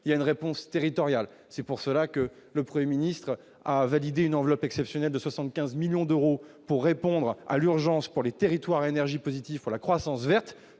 il y a une réponse, c'est pour cela que le 1er ministre a validé une enveloppe exceptionnelle de 75 millions d'euros pour répondre à l'urgence pour les territoires énergie positive pour la croissance verte